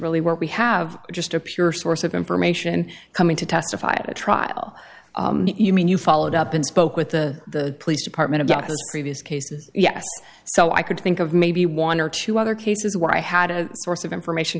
really where we have just a pure source of information coming to testify to try well you mean you followed up and spoke with the police department about the previous cases yes so i could think of maybe one or two other cases where i had a source of information